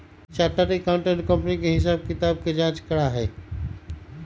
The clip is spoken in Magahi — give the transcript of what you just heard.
चार्टर्ड अकाउंटेंट कंपनी के हिसाब किताब के जाँच करा हई